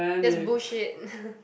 just bullshit